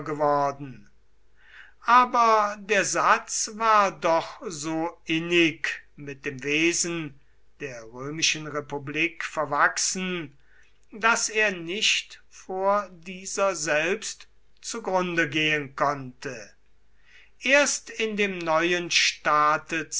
geworden aber der satz war doch so innig mit dem wesen der römischen republik verwachsen daß er nicht vor dieser selbst zugrunde gehen konnte erst in dem neuen staate